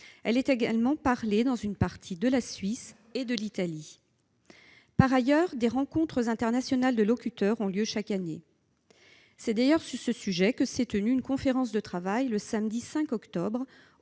langue est également parlée dans une partie de la Suisse et de l'Italie. Par ailleurs, des rencontres internationales de locuteurs ont lieu chaque année. C'est d'ailleurs sur ce sujet que s'est tenue une conférence de travail le samedi 5 octobre